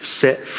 set